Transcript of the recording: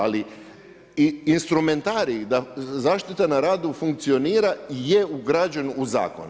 Ali, instrumentarij da zaštita na radu funkcionira je ugrađen u Zakon.